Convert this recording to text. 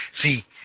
See